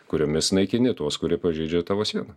kuriomis naikini tuos kurie pažeidžia tavo sieną